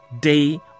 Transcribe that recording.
day